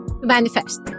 manifest